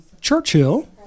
Churchill